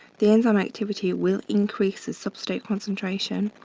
the enzyme activity will increase the substrate concentration.